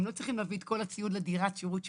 הם לא צריכים להביא את כל הציוד לדירת שירות שלהם.